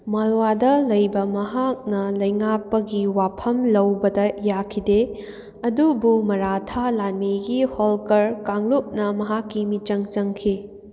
ꯃꯜꯋꯥꯗ ꯂꯩꯕ ꯃꯍꯥꯛꯅ ꯂꯩꯉꯥꯄꯕꯒꯤ ꯋꯥꯐꯝ ꯂꯧꯕꯗ ꯌꯥꯈꯤꯗꯦ ꯑꯗꯨꯕꯨ ꯃꯔꯊꯥ ꯂꯥꯟꯃꯤꯒꯤ ꯍꯣꯜꯀꯔ ꯀꯥꯡꯂꯨꯞꯅ ꯃꯍꯥꯛꯀꯤ ꯃꯤꯆꯪ ꯆꯪꯈꯤ